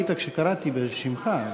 היית כשקראתי בשמך.